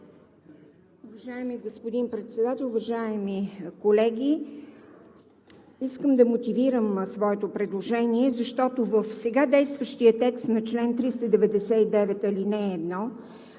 Уважаеми господин Председател, уважаеми колеги! Искам да мотивирам своето предложение, защото в сега действащия текст на чл. 399, ал. 1